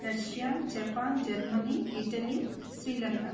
Russia Japan Germany Italy Sri Lanka